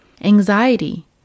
Anxiety